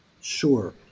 Sure